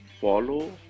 Follow